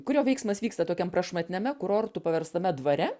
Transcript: kurio veiksmas vyksta tokiam prašmatniame kurortu paverstame dvare